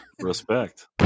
Respect